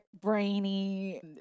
brainy